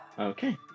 okay